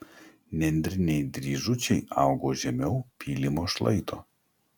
nendriniai dryžučiai augo žemiau pylimo šlaito